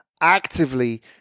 actively